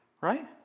Right